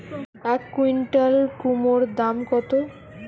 এক কুইন্টাল কুমোড় দাম কত?